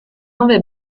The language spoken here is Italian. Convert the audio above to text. nove